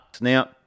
Now